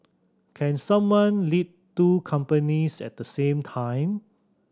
can someone lead two companies at the same time